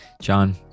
John